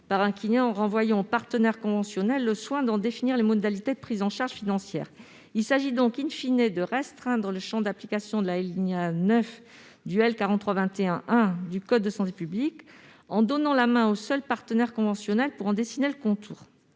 par un kiné en renvoyant aux partenaires conventionnels le soin d'en définir les modalités de prise en charge financière. Il s'agit de limiter le champ d'application de l'alinéa 9 de l'article L. 4321-1 du code de la santé publique en donnant la main aux seuls partenaires conventionnels pour en dessiner les contours.